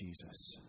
Jesus